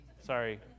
Sorry